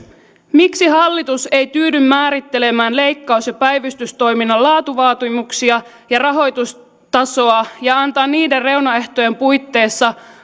miksi hallitus ei tyydy määrittelemään leikkaus ja päivystystoiminnan laatuvaatimuksia ja rahoitustasoa ja antaa niiden reunaehtojen puitteissa